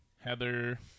Heather